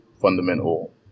fundamental